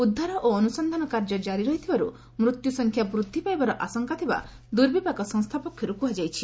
ଉଦ୍ଧାର ଓ ଅନୁସନ୍ଧାନ କାର୍ଯ୍ୟ କାରି ରହିଥିବାରୁ ମୃତ୍ୟୁସଂଖ୍ୟା ବୃଦ୍ଧି ପାଇବାର ଆଶଙ୍କା ଥିବା ଦୁର୍ବିପାକ ସଂସ୍ଥା ପକ୍ଷରୁ କୁହାଯାଇଛି